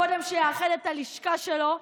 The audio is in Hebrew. קודם שיאחד את הלשכה שלו,